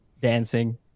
dancing